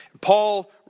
Paul